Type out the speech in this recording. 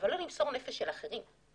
אבל לא למסור נפש של אחרים.